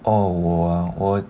哦我啊我